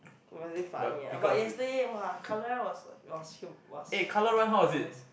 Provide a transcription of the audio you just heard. was it funny ah but yesterday !wah! colour run was was hu~ was hilarious